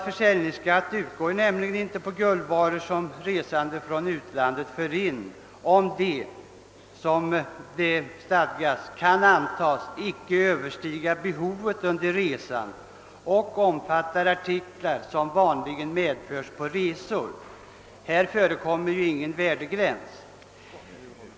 Försäljningsskatt utgår nämligen inte på guldsmedsvaror som resande från utlandet för in, om — som det stadgas — varorna kan antas icke överstiga behovet under resan och omfattar artiklar som vanligen medförs på resor. Här förekommer ingen värdegräns.